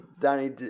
Danny